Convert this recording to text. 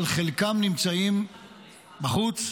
אבל חלקם נמצאים בחוץ,